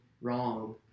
wrong